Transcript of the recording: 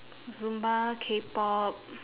zumba K pop